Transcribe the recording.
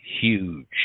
huge